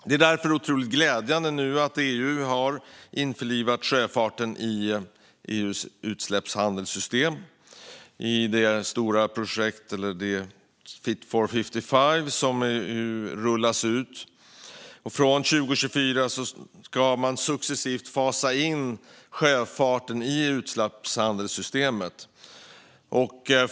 Det är därför otroligt glädjande att EU nu har införlivat sjöfarten i EU:s utsläppshandelssystem och det stora projekt som rullas ut: Fit for 55. Från 2024 ska man successivt fasa in sjöfarten i utsläppshandelssystemet.